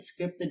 scripted